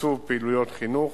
תקצוב פעילויות חינוך,